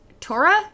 Torah